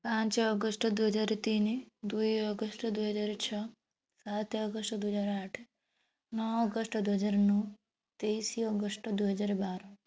ପାଞ୍ଚ ଅଗଷ୍ଟ ଦୁଇହଜାର ତିନି ଦୁଇ ଅଗଷ୍ଟ ଦୁଇହଜାର ଛଅ ସାତ ଅଗଷ୍ଟ ଦୁଇହଜାର ଆଠ ନଅ ଅଗଷ୍ଟ ଦୁଇହଜାର ନଅ ତେଇଶ ଅଗଷ୍ଟ ଦୁଇହଜାର ବାର